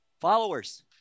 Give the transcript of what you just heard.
Followers